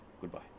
Goodbye